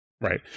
Right